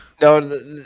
No